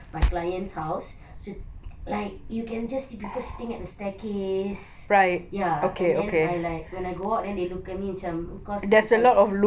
my client's house like you can just see people sitting at the staircase ya and then I like when I go out they look at me macam cause